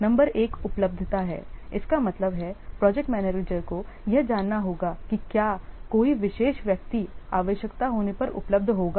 number एक उपलब्धता है इसका मतलब है प्रोजेक्ट मैनेजर को यह जानना होगा कि क्या कोई विशेष व्यक्ति आवश्यकता होने पर उपलब्ध होगा